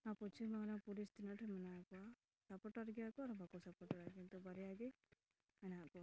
ᱱᱚᱣᱟ ᱯᱚᱥᱪᱤᱢ ᱵᱟᱝᱞᱟ ᱯᱚᱞᱤᱥ ᱛᱤᱱᱟᱹᱜ ᱰᱷᱮᱨ ᱢᱟᱱᱟᱣ ᱠᱚᱣᱟ ᱥᱟᱯᱚᱴᱟᱨ ᱜᱮᱭᱟ ᱠᱚ ᱟᱨ ᱵᱟᱠᱚ ᱥᱚᱯᱚᱴᱟᱨᱟ ᱠᱤᱱᱛᱩ ᱵᱟᱨᱭᱟ ᱜᱮ ᱦᱮᱱᱟᱜ ᱠᱚᱣᱟ